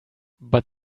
but